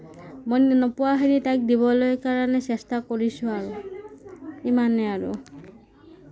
মই নোপোৱাখিনি তাইক দিবৰ কাৰণে চেষ্টা কৰিছোঁ আৰু ইমানেই আৰু